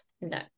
no